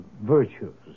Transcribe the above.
virtues